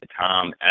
Tom